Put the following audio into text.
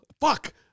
fuck